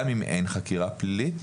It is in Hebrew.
גם אם אין חקירה פלילית,